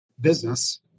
business